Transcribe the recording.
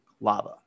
lava